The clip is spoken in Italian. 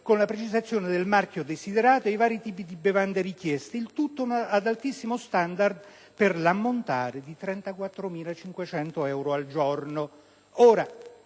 con la precisazione del marchio desiderato e i vari tipi di bevande richieste; il tutto ad altissimo standard, per l'ammontare di 34.500 euro al giorno.